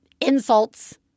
insults